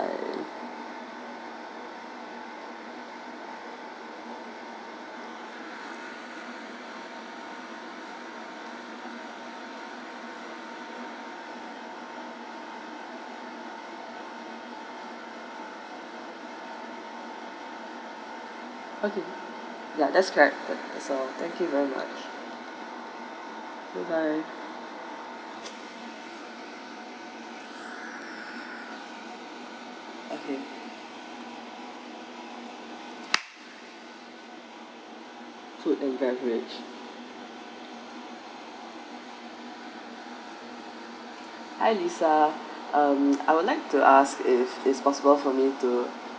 okay ya that is correct that's all thank you very much bye bye okay food and beverage hi lisa um I would like to ask if it is possible for me to